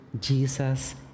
Jesus